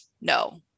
no